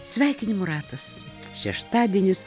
sveikinimų ratas šeštadienis